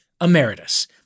Emeritus